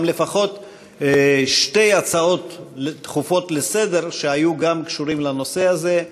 גם לפחות שתי הצעות דחופות לסדר-היום שהיו קשורות לנושא הזה.